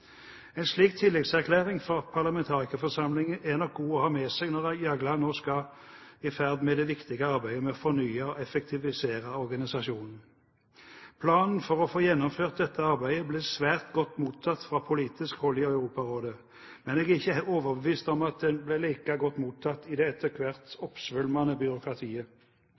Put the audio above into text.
En slik tillitserklæring fra parlamentarikerforsamlingen er nok god å ha med seg når Jagland nå skal i gang med det viktige arbeidet med å fornye og effektivisere organisasjonen. Planen for å få gjennomført dette arbeidet ble svært godt mottatt fra politisk hold i Europarådet, men jeg er ikke overbevist om at den ble like godt mottatt i det etter hvert oppsvulmede byråkratiet.